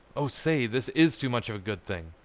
oh, say, this is too much of a good thing!